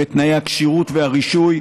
בתנאי הכשירות והרישוי,